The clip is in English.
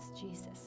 jesus